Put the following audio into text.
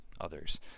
others